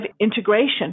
integration